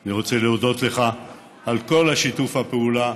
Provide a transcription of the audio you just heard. אני רוצה להודות לך על כל שיתוף הפעולה,